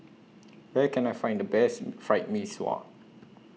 Where Can I Find The Best Fried Mee Sua